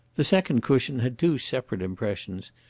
the second cushion had two separate impressions,